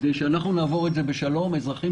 כדי שאנחנו נעבור את זה בשלום אזרחים